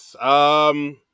Yes